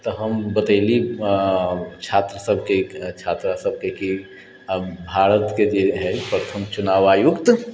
तऽ हम बतैली छात्र सभकेँ एकरा छात्रा सभकेँ कि भारतके जे हइ प्रथम चुनाव आयुक्त